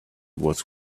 was